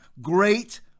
great